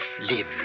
live